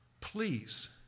please